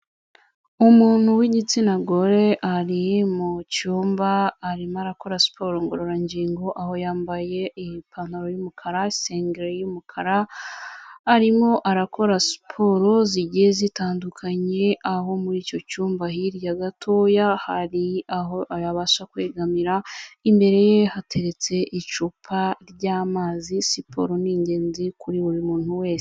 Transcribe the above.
Umuntu w'igitsina gore ari mu cyumba, arimo arakora siporo ngororangingo, aho yambaye ipantaro y'umukara, isengeri y'umukara, arimo arakora siporo zigiye zitandukanye, aho muri icyo cyumba hirya gatoya hari aho yabasha kwegamira. Imbere ye hateretse icupa ry'amazi. Siporo ni ingenzi kuri buri muntu wese.